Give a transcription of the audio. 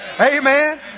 Amen